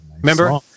Remember